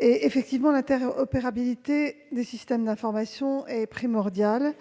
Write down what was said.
A. Effectivement, l'interopérabilité des systèmes d'information est primordiale ;